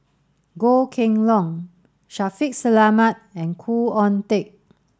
Goh Kheng Long Shaffiq Selamat and Khoo Oon Teik